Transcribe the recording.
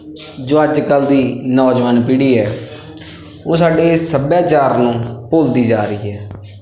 ਜੋ ਅੱਜ ਕੱਲ ਦੀ ਨੌਜਵਾਨ ਪੀੜ੍ਹੀ ਹੈ ਉਹ ਸਾਡੇ ਸੱਭਿਆਚਾਰ ਨੂੰ ਭੁੱਲਦੀ ਜਾ ਰਹੀ ਹੈ